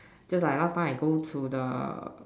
just like last time I go to the